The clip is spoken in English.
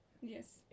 Yes